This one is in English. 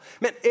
Man